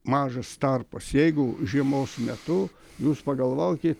mažas tarpas jeigu žiemos metu jūs pagalvokit